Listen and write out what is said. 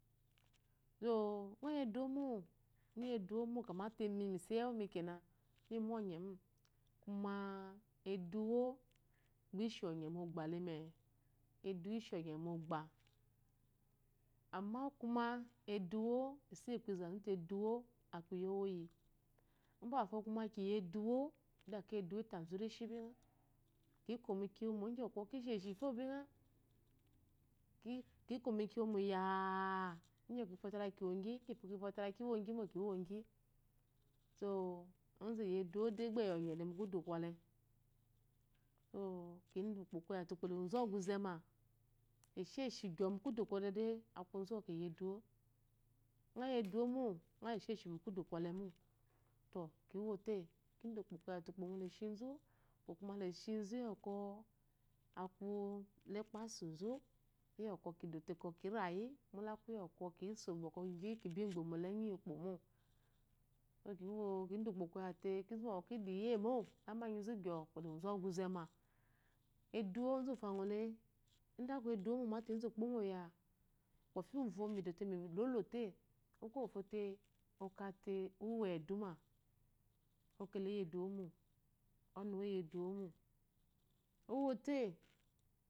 Ngoyi eduwomo, miyi eduwomo kedo imi misiyi ewumikana minioye mo kuma eduwo gbe ishi onye mu ogbeme echmo ishionye mogbe amma kuma eduwo, isioyikpo inzazute eduwo aku iiyomyi mbefo kume kiyi eduwo de akayi eduwo utezu nishi binge kiko miu kiya imo igyi bwkwɔ rishi fo binge kinkomu kiya mowo ya a igyi bwɔkwɔ kinfote la kiwogyi igybwɔ kinfote lekiwongyi mo kikomiwo binga so ozu eyi eduwo de gbe eyi onyele mu kudu gole so kinde ukpo koya mate aluwuzu oguze ma esheshi gyoo mu kudu gole de akuy ozu bwɔkwɔ eyieduwo ngoyi eduwomo ngi yi esheshi mu kudu ngole mote kiwote kidɔ ukpo koyate leshizu ukpo kume lehizu yokuɔ aku tekpazuzu bwɔkɔ ki dote kiziyi mo liku yokwɔ kiso bwkw kingbomo la enyi yi ukpo mo kinde ikpo koyate kinzu bwɔkwɔ kidiyiemo mmanyi zu gyoo nkpo lewuzu oguzem eduwo ozifo angle ide aku edukomo ezu okpomo yaa kwɔfi qunfo midɔte milolɔte okowu fote okde owuwu edume. okole eyiedumomo ɔnuwu eyieuromo owote